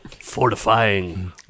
fortifying